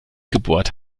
gebohrt